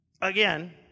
again